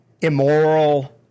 immoral